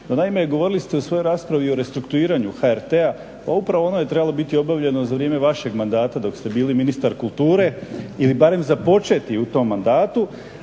No, naime, govorili ste u svojoj raspravi i o restrukturiranju HRT-a, pa upravo ono je trebalo biti obavljeno za vrijeme vašeg mandata dok ste bili ministar kulture ili barem započeti u tom mandatu.